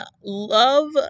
love